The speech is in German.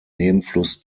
nebenfluss